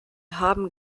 haben